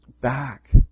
back